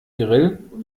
grill